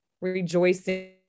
rejoicing